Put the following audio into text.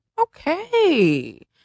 okay